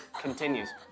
continues